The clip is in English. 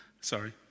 Sorry